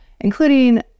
including